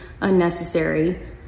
unnecessary